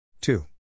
two